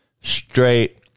straight